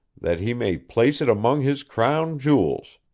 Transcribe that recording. that he may place it among his crown jewels.